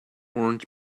orange